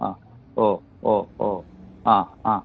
ആ ഓ ഓ ഓ ആ ആ